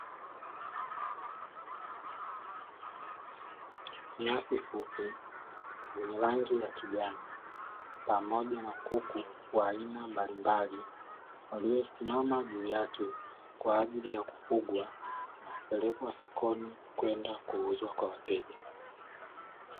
Nyasi fupi zenye rangi ya kijani pamoja na kuku wa aina mbalimbali, waliosimama juu yake kwa ajili ya kufugwa na kupelekwa sokoni kwenda kuuzwa kwa wateja.